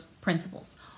principles